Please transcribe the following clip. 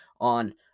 on